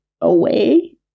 away